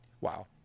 Wow